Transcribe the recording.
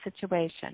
situation